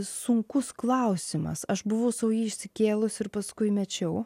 sunkus klausimas aš buvau sau išsikėlusi ir paskui mečiau